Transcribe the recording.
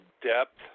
depth